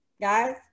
guys